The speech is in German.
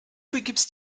begibst